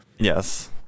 Yes